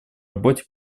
работе